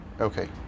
Okay